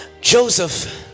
Joseph